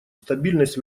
стабильность